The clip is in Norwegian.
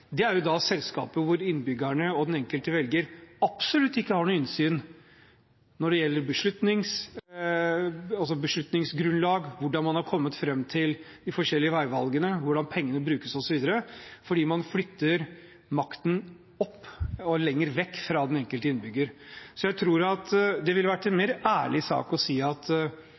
Det er selskaper hvor innbyggerne og den enkelte velger absolutt ikke har noe innsyn i beslutningsgrunnlaget, hvordan man har kommet fram til de forskjellige veivalgene, hvordan pengene brukes, osv., fordi man flytter makten opp og lenger vekk fra den enkelte innbygger. Det ville vært en mer ærlig sak å si at det skal være åpenhet rundt prosesser i en